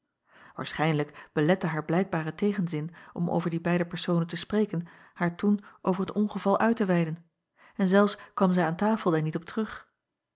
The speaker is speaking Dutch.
aarschijnlijk belette haar blijkbare tegenzin om over die beide personen te spreken haar toen over het ongeval uit te weiden en zelfs kwam zij aan tafel daar niet op terug